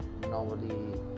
normally